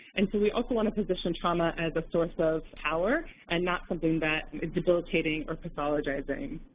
and so we also want to position trauma as a source of power and not something that is debilitating or pathologizing.